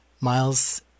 Miles